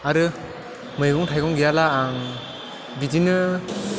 आरो मैगं थाइगं गैयाब्ला आं बिदिनो